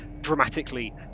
dramatically